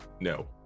No